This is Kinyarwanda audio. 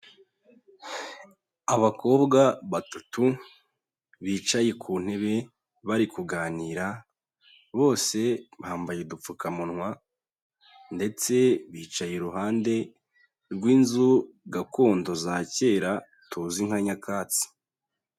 Abakobwa batatu bicaye ku ntebe bari kuganira, bose bambaye udupfukamunwa, ndetse bicaye iruhande rw'inzu gakondo za kera tuzi nka nyakatsi.